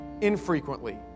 infrequently